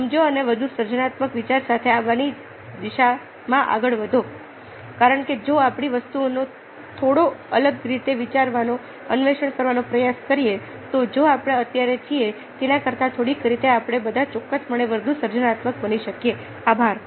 સમજો અને વધુ સર્જનાત્મક વિચાર સાથે આવવાની દિશામાં આગળ વધો કારણ કે જો આપણે વસ્તુઓને થોડી અલગ રીતે વિચારવાનો અને અન્વેષણ કરવાનો પ્રયાસ કરીએ તો જો આપણે અત્યારે છીએ તેના કરતાં થોડીક રીતે આપણે બધા ચોક્કસપણે વધુ સર્જનાત્મક બની શકીએ છીએ